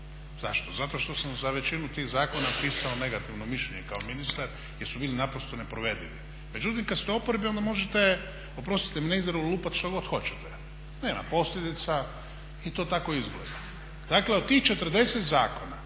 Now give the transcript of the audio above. Zašto? Zato što sam za većinu tih zakona pisao negativno mišljenje kao ministar jer su bili naprosto neprovedivi, međutim kada ste u oporbi onda možete, oprostite mi na izrazu lupati što god hoćete, nema posljedica i to tako izgleda. Dakle od tih 40 zakona